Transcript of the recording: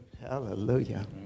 Hallelujah